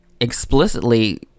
explicitly